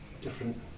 Different